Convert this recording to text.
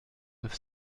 neuf